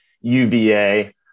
UVA